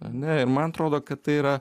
ane ir man atrodo kad tai yra